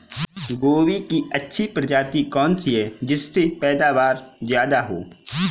गोभी की अच्छी प्रजाति कौन सी है जिससे पैदावार ज्यादा हो?